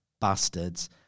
bastards